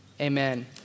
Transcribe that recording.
amen